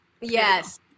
Yes